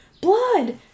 blood